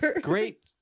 Great